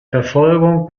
verfolgung